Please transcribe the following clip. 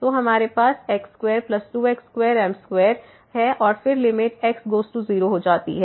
तो हमारे पास x22x2m2 है और फिर लिमिट x गोज़ टू 0 हो जाती है